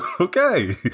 Okay